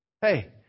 hey